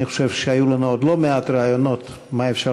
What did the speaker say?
אני חושב שהיו לנו עוד לא מעט רעיונות מה אפשר